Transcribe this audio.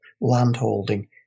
landholding